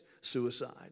suicide